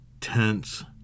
tense